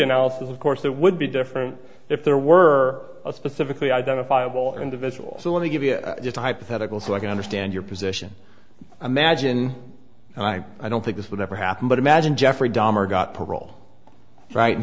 things of course that would be different if there were specifically identifiable individuals who want to give you a hypothetical so i can understand your position imagine and i i don't think this would ever happen but imagine jeffrey dahmer got paroled right and